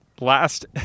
last